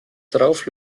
darauf